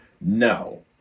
no